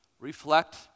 Reflect